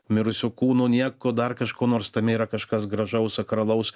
mirusio kūno nieko dar kažko nors tame yra kažkas gražaus sakralaus